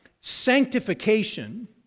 sanctification